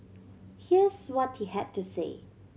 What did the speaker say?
here's what he had to say